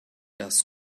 das